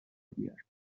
بیاره